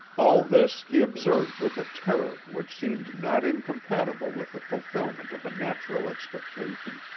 all this he observed with a terror which seemed not incompatible with the fulfillment of a natural expectation.